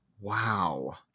Wow